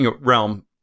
realm